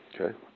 okay